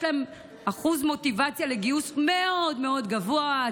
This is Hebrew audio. יש להם מוטיבציה לגיוס מאוד מאוד גבוהה.